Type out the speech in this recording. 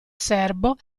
serbo